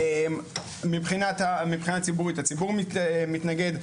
מבחינה ציבורית הציבור מתנגד,